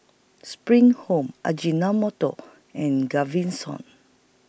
SPRING Home Ajinomoto and Gaviscon